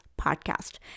podcast